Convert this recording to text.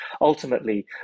ultimately